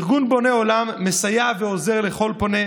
ארגון בוני עולם מסייע ועוזר לכל פונה,